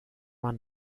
man